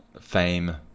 fame